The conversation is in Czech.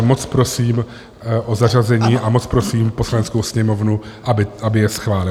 Moc prosím o zařazení a moc prosím Poslaneckou sněmovnu, aby je schválila.